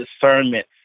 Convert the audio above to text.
discernment